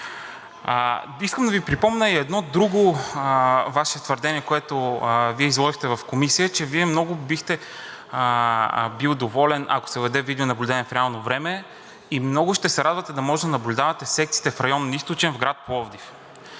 Искам да Ви припомня и едно друго Ваше твърдение, което изложихте в Комисията, че Вие много бихте били доволен, ако се въведе видеонаблюдение в реално време, и много ще се радвате да може да наблюдавате секциите в район „Източен“ в град Пловдив.